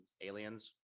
aliens